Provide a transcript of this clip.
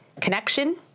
connection